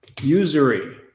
Usury